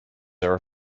are